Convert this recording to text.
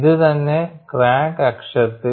ഇത് തന്നെ ക്രാക്ക് ആക്സിസ്സിൽ